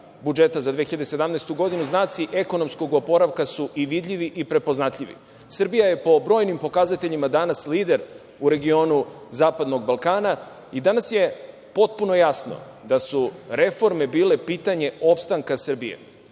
budžeta za 2017. godinu, znaci ekonomskog oporavka su i vidljivi i prepoznatljivi. Srbija je po brojnim pokazateljima danas lider u regionu zapadnog Balkana i danas je potpuno jasno da su reforme bile pitanje opstanka Srbije.